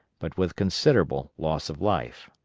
but with considerable loss of life.